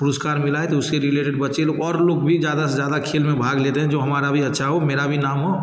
पुरस्कार मिला है तो उसके रीलेटेड बच्चे लोग और लोग भी ज़्यादा से ज़्यादा खेल में भाग लेते हैं जो हमारा भी अच्छा हो मेरा भी नाम हो